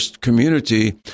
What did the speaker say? community